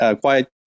quiet